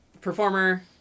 performer